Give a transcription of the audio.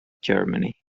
germany